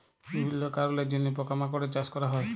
বিভিল্য কারলের জন্হে পকা মাকড়ের চাস ক্যরা হ্যয়ে